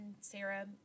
Sarah